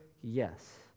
yes